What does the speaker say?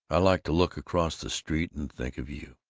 i like to look across the street and think of you.